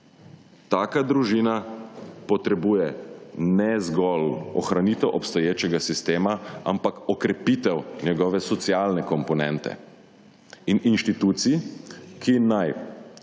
Taka družina potrebuje ne zgolj ohranitev obstoječega sistema ampak okrepitev njegove socialne komponente in inštitucij, ki naj